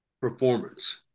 performance